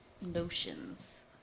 notions